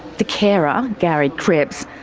the carer, ah gary cripps,